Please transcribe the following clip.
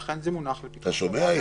זה אכן מונח לפתחה של הוועדה.